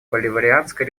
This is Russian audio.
боливарианской